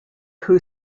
who